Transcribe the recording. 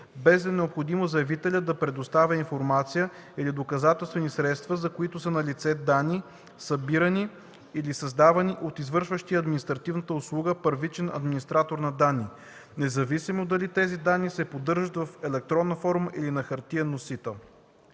без да е необходимо заявителят да предоставя информация или доказателствeни средства, за които са налице данни, събирани или създавани от извършващия административната услуга първичен администратор на данни, независимо дали тези данни се поддържат в електронна форма или на хартиен носител.”